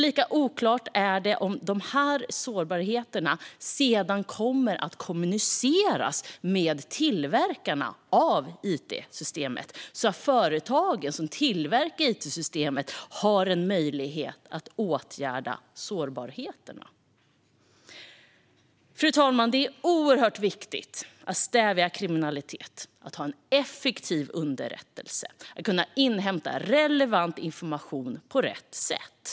Lika oklart är det om sårbarheterna sedan kommer att kommuniceras med företagen som tillverkar it-systemen, så att de har en möjlighet att åtgärda sårbarheterna. Fru talman! Det är oerhört viktigt att stävja kriminalitet, att ha en effektiv underrättelseverksamhet och att kunna inhämta relevant information på rätt sätt.